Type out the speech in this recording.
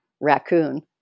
raccoon